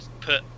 put